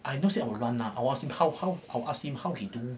I not say I will run ah I'll ask him how how I'll ask him how he do